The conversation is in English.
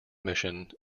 mission